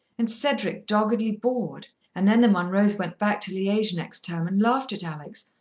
and cedric doggedly bored, and then the munroes went back to liege next term and laughed at alex,